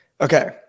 Okay